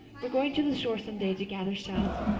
we're going to the shore some day to gather shells.